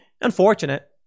unfortunate